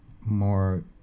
more